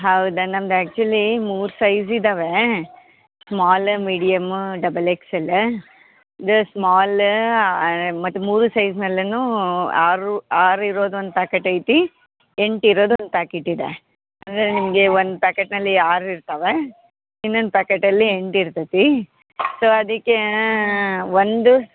ಹೌದಾ ನಮ್ದು ಆ್ಯಕ್ಚುಲಿ ಮೂರು ಸೈಝ್ ಇದಾವೆ small medium double X L ಇದು ಸ್ಮಾಲ ಮತ್ತು ಮೂರು ಸೈಝ್ನಲ್ಲೂ ಆರು ಆರು ಇರೋದು ಒಂದು ಪ್ಯಾಕೆಟ್ ಐತಿ ಎಂಟು ಇರೋದು ಒಂದು ಪ್ಯಾಕಿಟ್ ಇದೆ ಅಂದರೆ ನಿಮಗೆ ಒಂದು ಪ್ಯಾಕೆಟ್ನಲ್ಲಿ ಆರು ಇರ್ತಾವೆ ಇನ್ನೊಂದು ಪ್ಯಾಕೆಟಲ್ಲಿ ಎಂಟು ಇರ್ತೈತಿ ಸೊ ಅದಕ್ಕೆ ಒಂದು